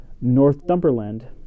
Northumberland